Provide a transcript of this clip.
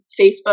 Facebook